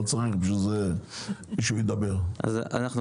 לא צריך בשביל זה שהוא ידבר.